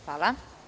Hvala.